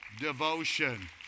devotion